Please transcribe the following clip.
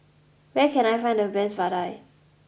where can I find the best vadai